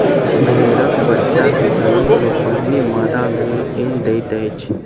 भेड़क बच्चा के जन्म सॅ पहिने मादा भेड़ ऊन दैत अछि